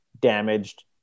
damaged